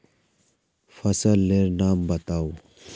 फसल लेर नाम बाताउ?